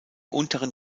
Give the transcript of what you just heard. unteren